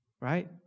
right